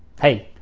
hey,